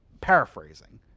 Paraphrasing